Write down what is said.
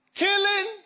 killing